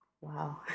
Wow